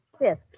Yes